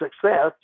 success